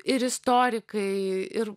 ir istorikai ir